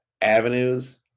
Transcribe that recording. avenues